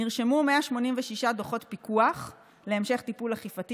נרשמו 186 דוחות פיקוח להמשך טיפול אכיפתי